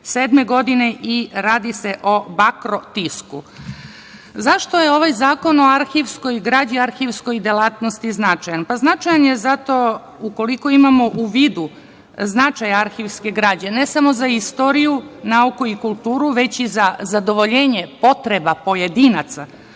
1737. godine i radi se o bakrotisku.Zašto je ovaj zakon o arhivskoj građi i arhivskoj delatnosti značajan? Pa, značajan je zato ukoliko imamo u vidu značaj arhivske građe ne samo za istoriju, nauku i kulturu, već i za zadovoljenje potreba pojedinaca,